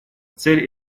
цель